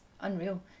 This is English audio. unreal